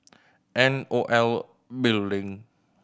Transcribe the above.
N O L Building